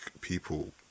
people